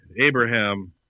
Abraham